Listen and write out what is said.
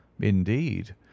indeed